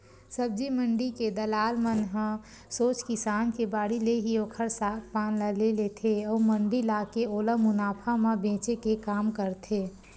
सब्जी मंडी के दलाल मन ह सोझ किसान के बाड़ी ले ही ओखर साग पान ल ले लेथे अउ मंडी लाके ओला मुनाफा म बेंचे के काम करथे